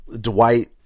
Dwight